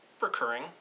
recurring